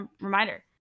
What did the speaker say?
reminder